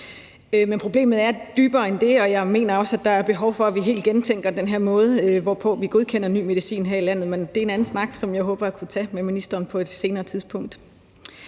Men problemet er dybere end det, og jeg mener også, der er behov for, at vi helt gentænker den her måde, hvorpå vi godkender ny medicin her i landet. Men det er en anden snak, som jeg håber at kunne tage med ministeren på et senere tidspunkt.